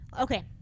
Okay